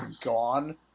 gone